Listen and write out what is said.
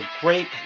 great